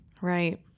Right